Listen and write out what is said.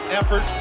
effort